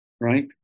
right